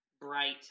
bright